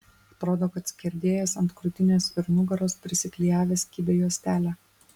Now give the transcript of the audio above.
atrodo kad skerdėjas ant krūtinės ir nugaros prisiklijavęs kibią juostelę